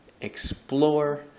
explore